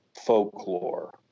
folklore